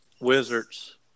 Wizards